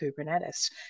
kubernetes